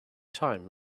time